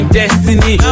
destiny